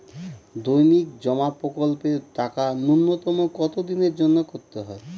দৈনিক জমা প্রকল্পের টাকা নূন্যতম কত দিনের জন্য করতে হয়?